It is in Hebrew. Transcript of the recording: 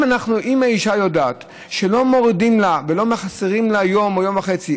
אם האישה יודעת שלא מורידים לה ולא מחסירים לה יום או יום וחצי,